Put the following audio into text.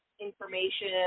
information